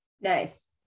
Nice